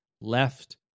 left